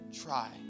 try